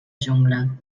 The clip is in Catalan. jungla